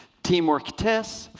teamwork tess,